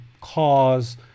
cause